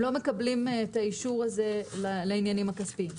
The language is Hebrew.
הם לא מקבלים את האישור הזה לעניינים הכספיים.